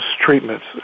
treatments